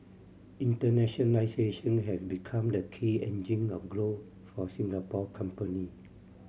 internationalisation have become the key engine of growth for Singapore company